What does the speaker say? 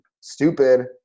stupid